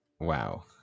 wow